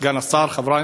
סגן השר, חברי,